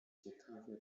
ciekawie